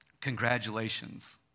Congratulations